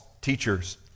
teachers